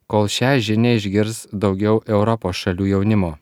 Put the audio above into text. kol šią žinią išgirs daugiau europos šalių jaunimo